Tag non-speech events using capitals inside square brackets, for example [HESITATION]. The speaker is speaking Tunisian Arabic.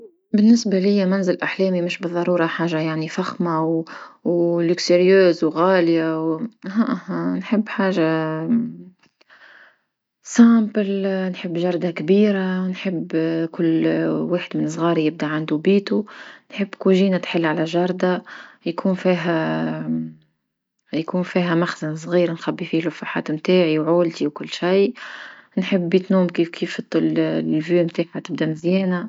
بالنسبة ليا منزل أحلامي مش بضرورة حاجة يعني فخمة [HESITATION] وفخامة وغالي [HESITATION] [UNINTELLIGIBLE] نحب حاجة بسيطة نحب حديقة كبيرة نحب كل واحد من صغاري يبدأ عندو بيتو نحب كوزينة تحل على حديقة يكون فيها [HESITATION] يكون فيها مخزن صغير نخبي فيه لوحات نتاعي وعولتي وكل شيء نحب بيت نوم كيف كيف الطل المنظر متاعها مزيانة.